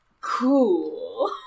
cool